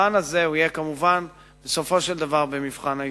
המבחן יהיה בסופו של דבר מבחן היישום.